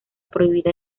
prohibida